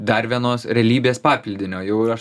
dar vienos realybės papildinio jau ir aš